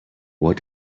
what